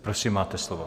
Prosím, máte slovo.